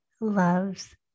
loves